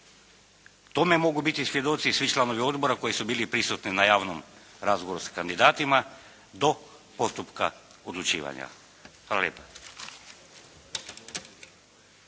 tome mogu biti svjedoci svi članovi odbora koji su bili prisutni na javnom razgovoru s kandidatima do postupka odlučivanja. Hvala lijepa.